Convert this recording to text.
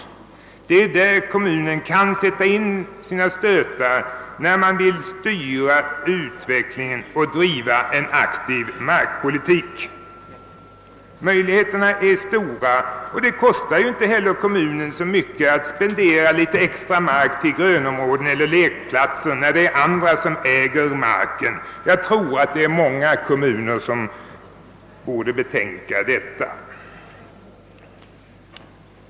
Kommunen kan genom användande därav sätta in sina stötar för att styra utvecklingen och driva en aktiv markpolitik. Möjligheterna är stora och det kostar inte kommunen så mycket att spendera litet extra mark till grönområden eller lekplatser, när det är andra som är markägare. Jag tror att många kommuner borde betänka detta.